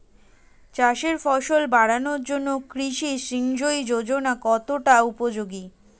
চাষের ফলন বাড়ানোর জন্য কৃষি সিঞ্চয়ী যোজনা কতটা উপযোগী?